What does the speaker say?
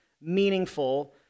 meaningful